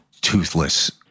toothless